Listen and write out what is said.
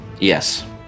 Yes